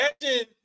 imagine